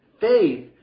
Faith